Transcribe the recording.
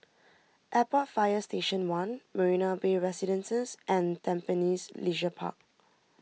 Airport Fire Station one Marina Bay Residences and Tampines Leisure Park